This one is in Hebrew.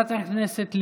תודה, חבר הכנסת.